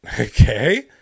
okay